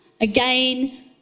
Again